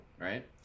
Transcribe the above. Right